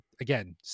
again